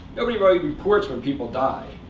nobody really reports when people die.